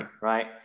Right